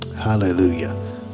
Hallelujah